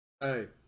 hey